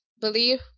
believe